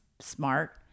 smart